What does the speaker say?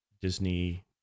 Disney